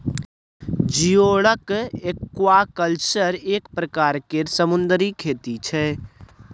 geoduck aquaculture एक परकार केर समुन्दरी खेती छै